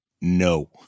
No